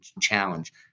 challenge